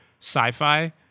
sci-fi